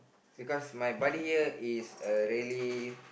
because my buddy here is a really